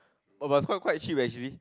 but but it's quite quite cheap actually